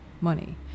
money